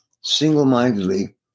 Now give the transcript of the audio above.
single-mindedly